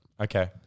Okay